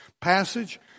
passage